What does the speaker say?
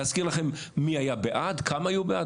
להזכיר לכם מי היה בעד, כמה היו בעד?